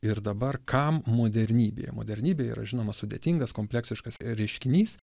ir dabar kam modernybėje modernybė yra žinoma sudėtingas kompleksiškas reiškinys